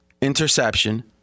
Interception